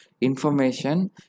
information